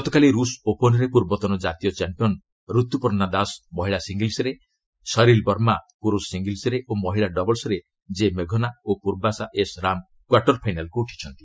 ଗତକାଲି ରୁଷ୍ ଓପନ୍ରେ ପ୍ରର୍ବତନ ଜାତୀୟ ଚାମ୍ପିୟନ୍ ରତ୍ତ୍ପର୍ଷ୍ଣା ଦାସ ମହିଳା ସିଙ୍ଗଲ୍ସ୍ରେ ସରିଲ୍ ବର୍ମା ପୁରୁଷ ସିଙ୍ଗଲ୍ସ୍ରେ ଓ ମହିଳା ଡବଲ୍ସ୍ରେ ଜେ ମେଘନା ଓ ପ୍ରର୍ବଶା ଏସ୍ ରାମ୍ କ୍ୱାର୍ଟର୍ ଫାଇନାଲ୍କୁ ଉଠିଛନ୍ତି